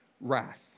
wrath